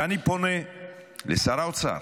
ואני פונה לשר האוצר